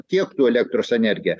tiektų elektros energiją